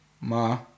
ma